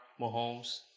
Mahomes